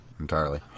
Entirely